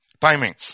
timing